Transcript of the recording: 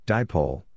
Dipole